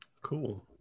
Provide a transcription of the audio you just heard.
Cool